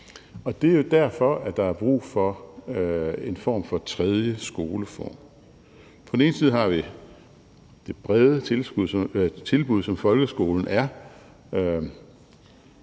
og det er jo derfor, at der er brug for en form for tredje skoleform. På én side har vi det brede tilbud, som folkeskolen er,